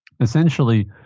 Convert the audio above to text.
essentially